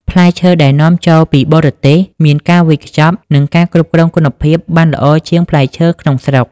ផ្លែឈើដែលនាំចូលពីបរទេសមានការវេចខ្ចប់ និងការគ្រប់គ្រងគុណភាពបានល្អជាងផ្លែឈើក្នុងស្រុក។